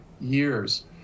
years